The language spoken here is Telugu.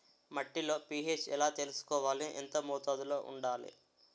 మట్టిలో పీ.హెచ్ ఎలా తెలుసుకోవాలి? ఎంత మోతాదులో వుండాలి?